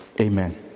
amen